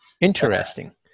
Interesting